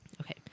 Okay